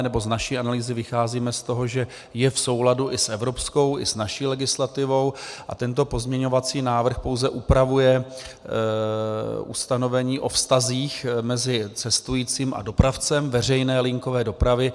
Z naší analýzy vycházíme z toho, že je v souladu s evropskou i naší legislativou, a tento pozměňovací návrh pouze upravuje ustanovení o vztazích mezi cestujícím a dopravcem veřejné linkové dopravy.